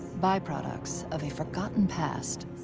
byproducts, of a forgotten past.